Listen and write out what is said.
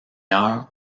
heure